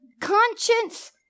conscience